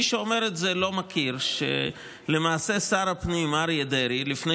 מי שאומר את זה לא יודע שלמעשה שר הפנים אריה דרעי לפני